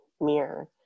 mirror